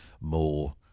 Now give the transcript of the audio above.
more